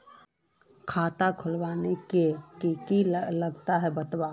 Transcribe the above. खाता खोलवे के की की लगते बतावे?